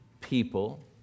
people